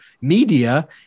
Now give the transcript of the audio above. media